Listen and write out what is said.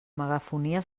megafonia